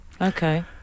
okay